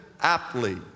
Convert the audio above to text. aptly